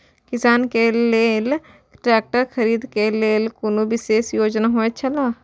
किसान के लेल ट्रैक्टर खरीदे के लेल कुनु विशेष योजना होयत छला?